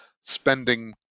spending